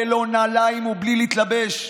ללא נעליים ובלי להתלבש,